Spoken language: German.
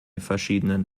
verschiedenen